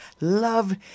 Love